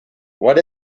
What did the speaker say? what